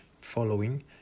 following